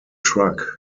truck